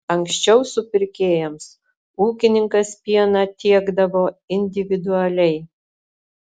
anksčiau supirkėjams ūkininkas pieną tiekdavo individualiai